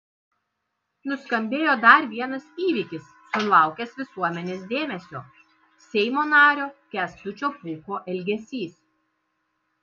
nuskambėjo dar vienas įvykis sulaukęs visuomenės dėmesio seimo nario kęstučio pūko elgesys